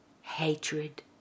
hatred